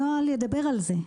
הנוהל ידבר על זה.